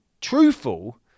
truthful